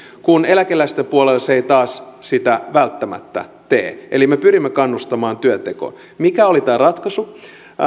kun eläkeläisten puolella se taas ei sitä välttämättä tee eli me pyrimme kannustamaan työntekoon mikä oli tämä ratkaisu tämä